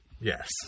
yes